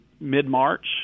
mid-March